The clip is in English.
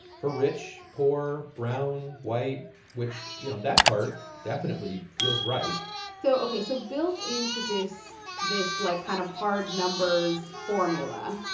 for rich, poor, brown, white which, you know, that part definitely feels right so ok. so built into this, like, kind of hard numbers formula,